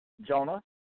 Jonah